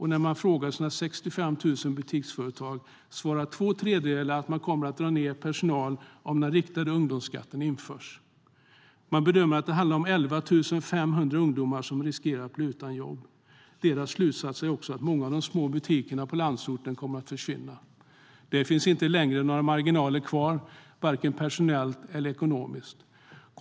När detaljhandeln frågar sina 65 000 butiksföretag svarar två tredjedelar att de kommer att dra ned på personal om den riktade ungdomsskatten införs. Man bedömer att det handlar om 11 500 ungdomar som riskerar att bli utan jobb. Detaljhandelns slutsats är också att många av de små butikerna på landsorten kommer att försvinna. Där finns inte längre några marginaler kvar, varken personellt eller ekonomiskt.